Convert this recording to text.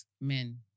men